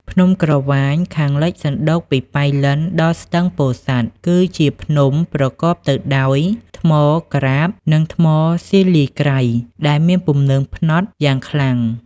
ភ្នំក្រវាញខាងលិច សណ្ដូកពីប៉ៃលិនដល់ស្ទឹងពោធិ៍សាត់ គឺជាភ្នំប្រកបទៅដោយថ្ម ក្រាប និងថ្មស៊ីលលាយក្រៃដែលមានពំនើងផ្នត់យ៉ាងខ្លាំង ។